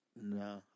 No